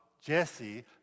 Jesse